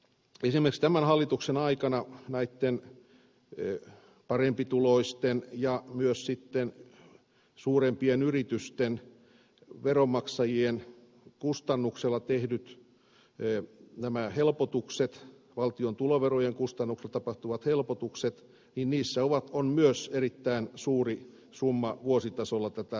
esimerkiksi tämän hallituksen aikana näitten parempituloisten ja myös sitten suurempien yritysten veronmaksajien kustannuksella tehdyissä helpotuksissa valtion tuloverojen kustannuksella tapahtuvissa helpotuksissa on myös erittäin suuri summa vuositasolla tätä rahaa